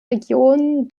region